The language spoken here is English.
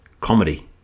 comedy